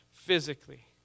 Physically